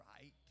right